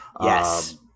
Yes